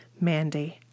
Mandy